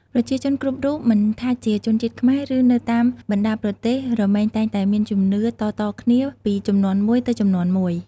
ប្រជាជនគ្រប់រូបមិនថាជាជនជាតិខ្មែរ ឬនៅតាមបណ្តាប្រទេសរមែងតែងតែមានជំនឿតៗគ្នាពីជំនាន់មួយទៅជំនាន់មួយ។